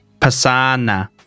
pasana